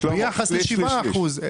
ביחס ל-7% --- שליש, שליש, שליש.